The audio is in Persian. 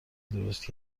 درست